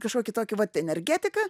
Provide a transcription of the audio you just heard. kažkokį tokį vat energetiką